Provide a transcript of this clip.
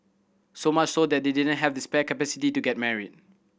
so much so that they didn't have the spare capacity to get married